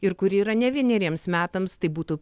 ir kuri yra ne vieneriems metams tai būtų